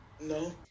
no